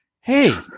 hey